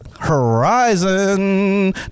horizon